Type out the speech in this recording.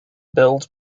build